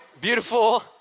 Beautiful